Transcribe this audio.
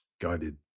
guided